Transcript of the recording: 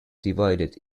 divided